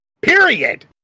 Period